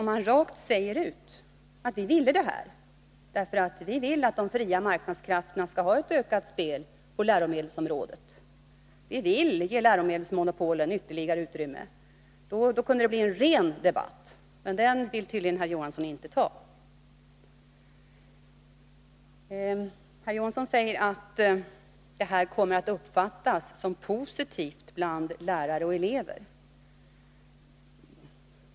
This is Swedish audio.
Om man däremot sade rent ut att man ville åstadkomma att de fria marknadskrafterna får ett ökat spelrum på läromedelsområdet och att man vill ge läromedelsmonopolen ytterligare utrymme, kunde det bli en ren debatt. Men den vill tydligen inte herr Johansson ta. Herr Johansson säger att beslutet kommer att uppfattas som positivt av lärare och elever.